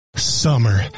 summer